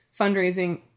fundraising